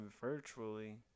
virtually